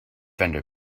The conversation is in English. vendor